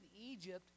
Egypt